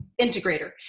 integrator